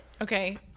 Okay